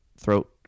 throat